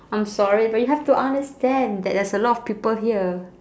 I'm sorry but you have to understand that there's a lot of people here